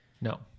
No